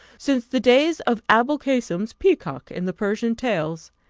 since the days of aboulcasem's peacock in the persian tales.